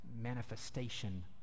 manifestation